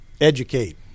educate